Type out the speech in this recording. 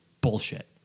bullshit